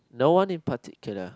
no one in particular